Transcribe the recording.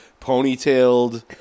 ponytailed